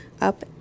up